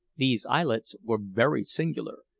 these islets were very singular,